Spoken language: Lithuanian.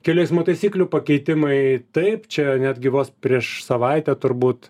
kelių eismo taisyklių pakeitimai taip čia netgi vos prieš savaitę turbūt